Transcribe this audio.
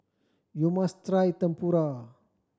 you must try Tempura